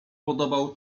podobał